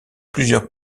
plusieurs